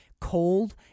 cold